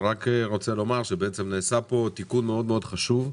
אני רק רוצה לומר שנעשה פה תיקון חשוב מאוד.